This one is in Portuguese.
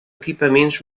equipamentos